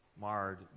Marred